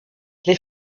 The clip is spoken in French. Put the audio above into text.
les